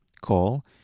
Call